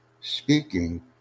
speaking